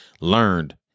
learned